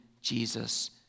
Jesus